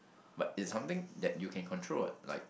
but it's something that you can control what like